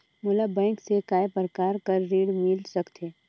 मोला बैंक से काय प्रकार कर ऋण मिल सकथे?